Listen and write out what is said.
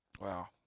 Wow